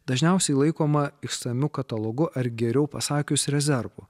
dažniausiai laikoma išsamiu katalogu ar geriau pasakius rezervu